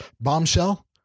Bombshell